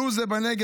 "עלו זה בנגב"